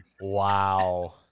Wow